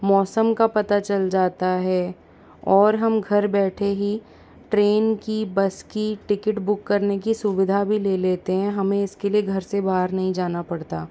मौसम का पता चल जाता है और हम घर बैठे ही ट्रेन की बस की टिकट बुक करने की सुविधा भी ले लेते हैं हमें इसके लिए घर से बाहर नहीं जाना पड़ता